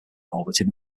orbiting